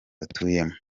batuyemo